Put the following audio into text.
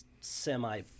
semi